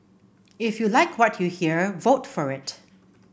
if you like what you hear vote for it